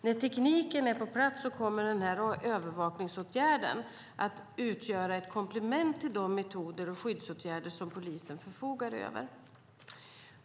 När tekniken är på plats kommer denna övervakningsåtgärd att utgöra ett komplement till de metoder och skyddsåtgärder som polisen förfogar över.